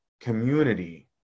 community